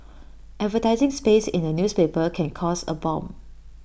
advertising space in A newspaper can cost A bomb